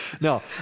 No